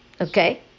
okay